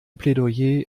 plädoyer